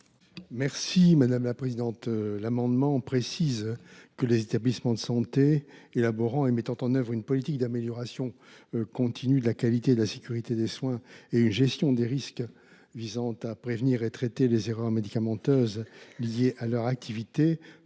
Cet amendement tend à préciser que les établissements de santé élaborant et mettant en œuvre une politique d’amélioration continue de la qualité et de la sécurité des soins et une gestion des risques visant à prévenir et à traiter les erreurs médicamenteuses liées à leurs activités